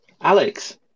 alex